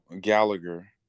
Gallagher